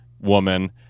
woman